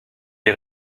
est